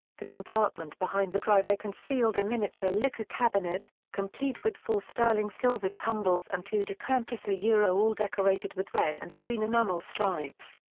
the compartment behind the driver concealed a miniature liquor cabinet, complete with four sterling silver tumbles and two decanters ah ah all decorated with red and green enamel stripes.